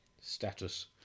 Status